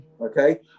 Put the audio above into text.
Okay